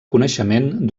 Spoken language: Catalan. coneixement